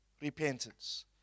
repentance